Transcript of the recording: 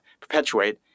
perpetuate